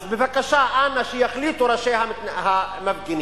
אז בבקשה, אנא, שיחליטו ראשי המפגינים,